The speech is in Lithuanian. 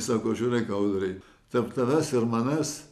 sako žiūrėk audrai tarp tavęs ir manęs